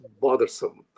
bothersome